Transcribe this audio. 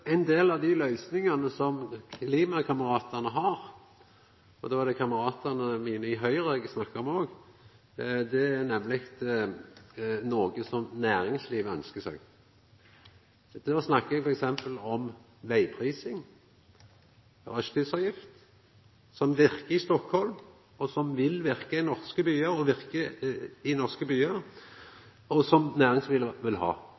Ein del av dei løysingane som klimakameratane har – og då snakkar eg òg om kameratane mine i Høgre – er noko som næringslivet ønskjer seg, og då snakkar eg om f.eks. vegprising og rushtidsavgift, som verkar i Stockholm, og som vil verka i norske byar, og som næringslivet vil ha.